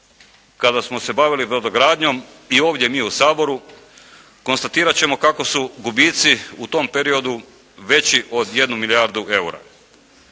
kada smo se baviti brodogradnjom i ovdje mi u Saboru, konstatirat ćemo kako su gubici u tom periodu veći od 1 milijardu eura.